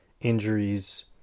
injuries